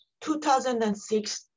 2006